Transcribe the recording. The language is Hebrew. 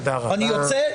אני יוצא.